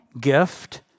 gift